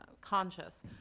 conscious